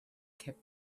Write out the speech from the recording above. kept